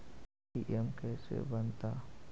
ATM कैसे बनता?